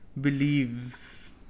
Believe